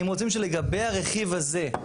אם רוצים שלגבי הרכיב הזה,